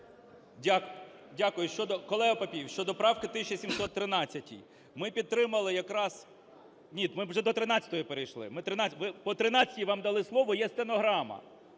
Дякую. Колего Папієв, щодо правки 1713. Ми підтримали якраз… Ні, ми вже до 13-ї перейшли. По 13-й вам дали слово, є стенограма.